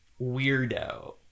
weirdo